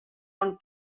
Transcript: onn